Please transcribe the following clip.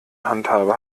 handhabe